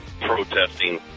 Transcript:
protesting